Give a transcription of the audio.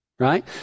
Right